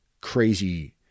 crazy